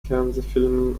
fernsehfilmen